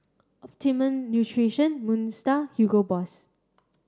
Optimum Nutrition Moon Star Hugo Boss